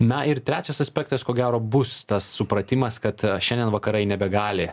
na ir trečias aspektas ko gero bus tas supratimas kad šiandien vakarai nebegali